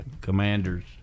Commanders